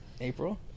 April